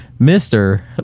Mr